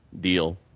deal